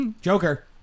Joker